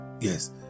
Yes